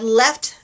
left